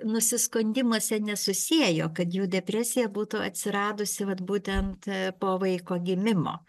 nusiskundimuose nesusiejo kad jų depresija būtų atsiradusi vat būtent po vaiko gimimo